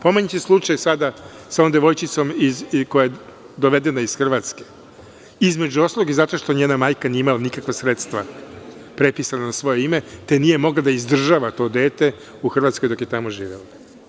Pomenut je slučaj sada sa ovom devojčicom koja je dovedena iz Hrvatske, između ostalog i zato što njena majka nije imala nikakva sredstva prepisana na svoje ime, te nije mogla da izdržava to dete u Hrvatskoj, dok je tamo živela.